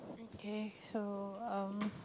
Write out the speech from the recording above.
okay so um